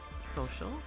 social